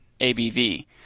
ABV